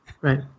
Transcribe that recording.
Right